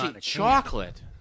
Chocolate